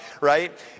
right